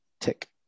tick